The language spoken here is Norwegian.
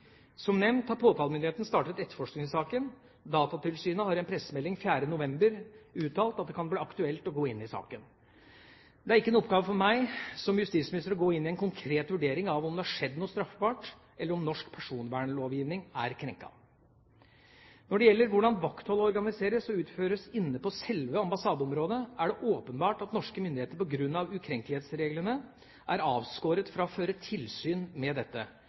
Som nevnt har påtalemyndigheten startet etterforskning i saken. Datatilsynet har i en pressemelding 4. november uttalt at det kan bli aktuelt å gå inn i saken. Det er ikke en oppgave for meg som justisminister å gå inn i en konkret vurdering av om det har skjedd noe straffbart eller om norsk personvernlovgivning er krenket. Når det gjelder hvordan vaktholdet organiseres og utføres inne på selve ambassadeområdet, er det åpenbart at norske myndigheter på grunn av ukrenkelighetsreglene er avskåret fra å føre tilsyn med dette,